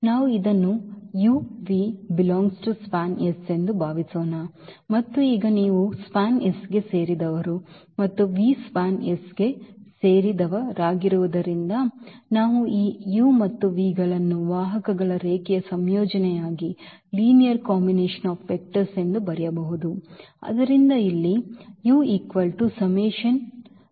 ನಾವು ಇದನ್ನು u v ∈SPAN ಎಂದು ಭಾವಿಸೋಣ ಮತ್ತು ಈಗ ನೀವು SPAN ಗೆ ಸೇರಿದವರು ಮತ್ತು v SPAN ಗೆ ಸೇರಿದವರಾಗಿರುವುದರಿಂದ ನಾವು ಈ u ಮತ್ತು v ಗಳನ್ನು ವಾಹಕಗಳ ರೇಖೀಯ ಸಂಯೋಜನೆಯಾಗಿ ಬರೆಯಬಹುದು